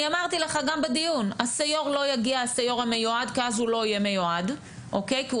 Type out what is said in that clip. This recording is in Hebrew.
אני אמרתי לך גם בדיון הסיו"ר המיועד לא יגיע,